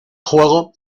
juego